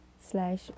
slash